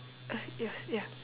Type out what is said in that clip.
uh yours ya